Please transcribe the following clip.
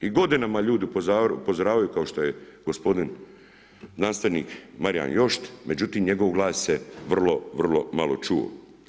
I godinama ljudi upozoravaju kao što je gospodin znanstvenik Marijan Jošt međutim njegov glas se vrlo, vrlo čuo.